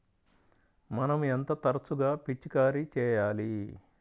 మనం ఎంత తరచుగా పిచికారీ చేయాలి?